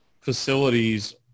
facilities